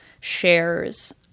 shares